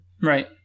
Right